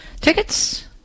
Tickets